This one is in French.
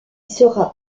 sera